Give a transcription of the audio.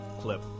clip